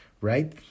right